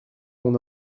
mon